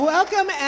Welcome